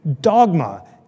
dogma